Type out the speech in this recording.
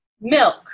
milk